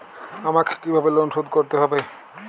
আমাকে কিভাবে লোন শোধ করতে হবে?